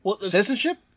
citizenship